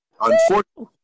Unfortunately